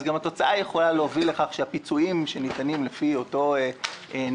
התוצאה יכולה להוביל לכך שהפיצויים שניתנים לפי אותו נוהל